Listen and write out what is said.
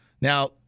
Now